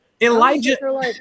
Elijah